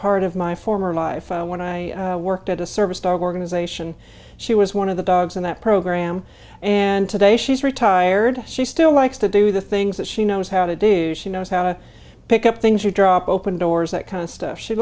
part of my former life and when i worked at a service dog organization she was one of the dogs in that program and today she's retired she still likes to do the things that she knows how to do she knows how to pick up things or drop open doors that kind of stuff she